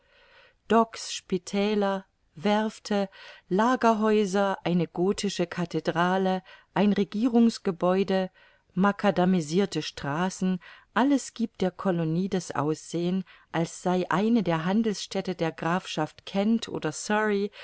docks spitäler werfte lagerhäuser eine gothische kathedrale ein regierungsgebäude macadamisirte straßen alles giebt der colonie das aussehen als sei eine der handelsstädte der grafschaft kent oder